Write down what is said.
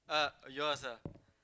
uh yours ah